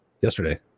yesterday